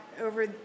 over